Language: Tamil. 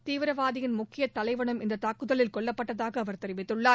தீவிரவாதியின் முக்கிய தலைவனும் இந்த தாக்குதலில் கொல்லப்பட்டதாக அவர் தெரிவித்துள்ளார்